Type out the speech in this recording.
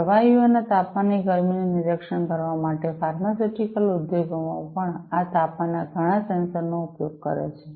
પ્રવાહીઓના તાપમાનની ગરમીનું નિરીક્ષણ કરવા માટે ફાર્માસ્યુટિકલ ઉદ્યોગો પણ આ તાપમાનના ઘણા સેન્સર નો ઉપયોગ કરે છે